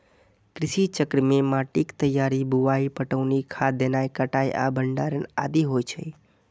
कृषि चक्र मे माटिक तैयारी, बुआई, पटौनी, खाद देनाय, कटाइ आ भंडारण आदि होइ छै